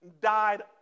died